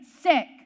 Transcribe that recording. sick